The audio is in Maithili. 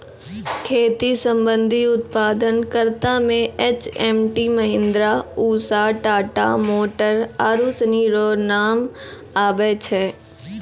खेती संबंधी उप्तादन करता मे एच.एम.टी, महीन्द्रा, उसा, टाटा मोटर आरु सनी रो नाम आबै छै